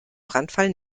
brandfall